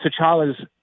T'Challa's